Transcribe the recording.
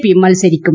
P മത്സരിക്കും